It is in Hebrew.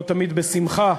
לא תמיד בשמחה,